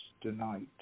tonight